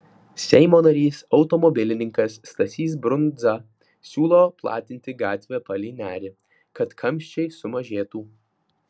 seimo narys automobilininkas stasys brundza siūlo platinti gatvę palei nerį kad kamščiai sumažėtų